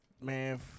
man